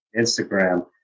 instagram